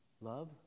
Love